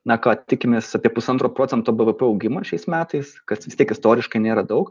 na ko tikimės apie pusantro procento bvp augimas šiais metais kad vis tiek istoriškai nėra daug